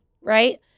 Right